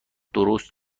درست